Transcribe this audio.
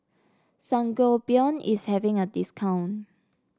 Sangobion is having a discount